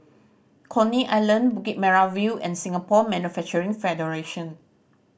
Coney Island Bukit Merah View and Singapore Manufacturing Federation